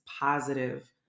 positive